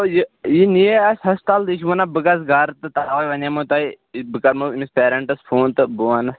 hello یہِ نِیےَ اَسہِ ہسپتال یہِ چھِ وَنان بہٕ گژھٕ گرٕ تہٕ تَوَے وَنیٛامو تۄہہِ بہٕ کَرمو أمِس پیرَنٹس فون تہٕ بہٕ وَنَس